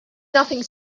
nothing